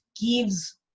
gives